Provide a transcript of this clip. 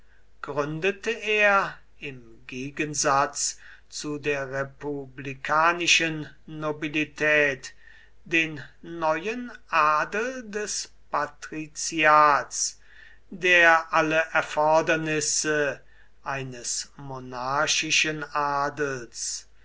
gründete er im gegensatz zu der republikanischen nobilität den neuen adel des patriziats der alle erfordernisse eines monarchischen adels